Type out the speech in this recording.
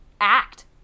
act